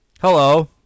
hello